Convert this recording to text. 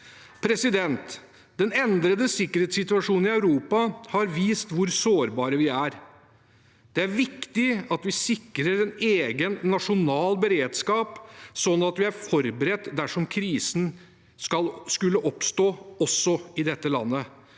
motsatte. Den endrede sikkerhetssituasjonen i Europa har vist hvor sårbare vi er. Det er viktig at vi sikrer en egen nasjonal beredskap, slik at vi er forberedt dersom krisen skulle oppstå også i dette landet.